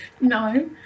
No